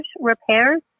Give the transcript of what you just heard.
repairs